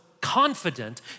confident